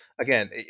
again